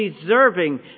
deserving